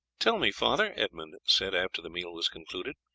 tell me, father, edmund said after the meal was concluded,